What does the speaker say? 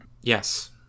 Yes